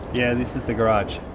yeah, this is the garage.